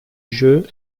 jeu